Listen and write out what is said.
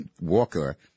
Walker